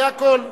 זה הכול.